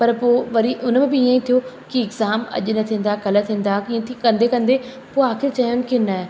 पर पोइ वरी उन में बि ईअं ई थियो की एग्ज़ाम अॼु न थींदा काल्ह थींदा ईअं कंदे कंदे पोइ आख़िर चयोनि की न